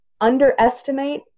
underestimate